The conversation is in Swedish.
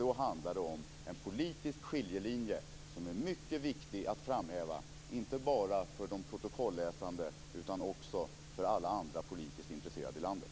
Då handlar det om en politisk skiljelinje som är mycket viktig att framhäva inte bara för de protokolläsande utan också för alla andra politiskt intresserade i landet.